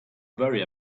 worry